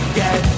get